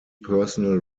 personal